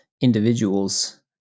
individuals